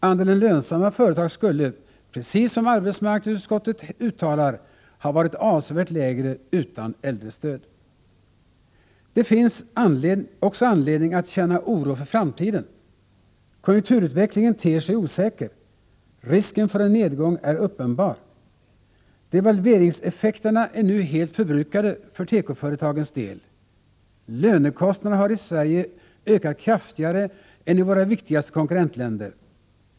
Andelen lönsamma företag skulle, precis som arbetsmarknadsutskottet uttalar, ha varit avsevärt lägre utan äldrestöd. Det finns också anledning att känna oro för framtiden. Konjunkturutvecklingen ter sig osäker, risken för en nedgång är uppenbar. Devalveringseffekterna är nu helt förbrukade för tekoföretagens del. Lönekostnaderna har i Sverige ökat kraftigare än i våra viktigaste konkurrentländer.